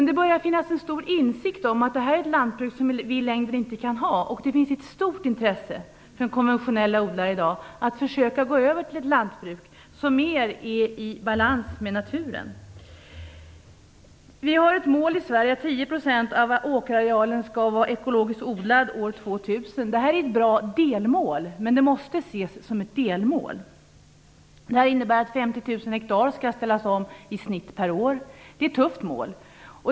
Det börjar komma en insikt om att det här är ett lantbruk som vi inte kan ha i längden. I dag finns ett stort intresse bland konventionella odlare att försöka gå över till ett lantbruk som mera är i balans med naturen. Vi har ett mål i Sverige att 10 % av åkerarealen skall vara ekologiskt odlad år 2000. Det här är ett bra delmål, men det måste ses som ett delmål. Det här innebär att i snitt 50 000 hektar skall ställas om per år. Det är ett tufft mål.